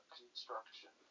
construction